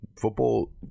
Football